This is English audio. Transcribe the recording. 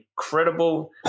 incredible